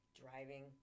driving